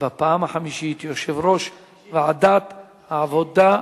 בפעם החמישית יושב-ראש ועדת העבודה,